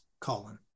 Colin